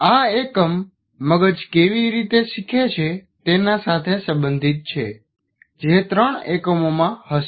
આ એકમ મગજ કેવી રીતે શીખે છે તેના સાથે સંબંધીત છે જે 3 એકમોમાં હશે